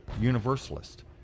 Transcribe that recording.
universalist